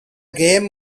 game